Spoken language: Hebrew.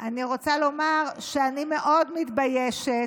אני רוצה לומר שאני מאוד מתביישת